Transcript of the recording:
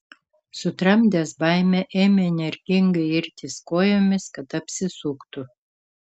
sutramdęs baimę ėmė energingai irtis kojomis kad apsisuktų